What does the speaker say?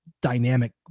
dynamic